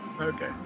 Okay